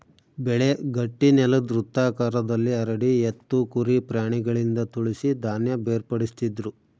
ಬೆಳೆ ಗಟ್ಟಿನೆಲುದ್ ವೃತ್ತಾಕಾರದಲ್ಲಿ ಹರಡಿ ಎತ್ತು ಕುರಿ ಪ್ರಾಣಿಗಳಿಂದ ತುಳಿಸಿ ಧಾನ್ಯ ಬೇರ್ಪಡಿಸ್ತಿದ್ರು